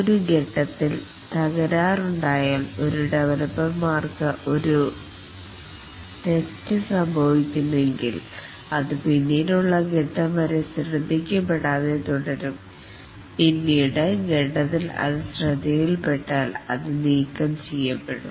ഒരു ഫേസ് ത്തിൽ തകരാറുണ്ടായാൽ ഒരു ഡെവലപ്പർക്ക് ഒരു തെറ്റ് സംഭവിക്കുന്നുവെങ്കിൽ അത് പിന്നീടുള്ള ഫേസ് വരെ ശ്രദ്ധിക്കപ്പെടാതെ തുടരും പിന്നീടുള്ള ഫേസ് ൽ അത് ശ്രദ്ധയിൽപ്പെട്ടാൽ അത് നീക്കം ചെയ്യപ്പെടും